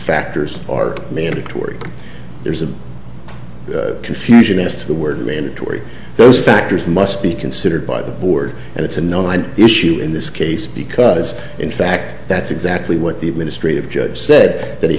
factors are mandatory there's a confusion as to the word mandatory those factors must be considered by the board and it's a no one issue in this case because in fact that's exactly what the administrative judge said that he